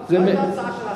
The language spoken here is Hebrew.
זו לא הצעה של השר.